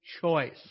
choice